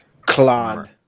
clan